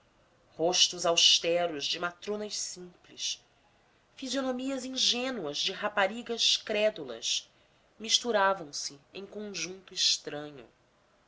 rostos austeros de matronas simples fisionomias ingênuas de raparigas crédulas misturavam-se em conjunto estranho